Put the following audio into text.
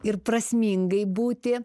ir prasmingai būti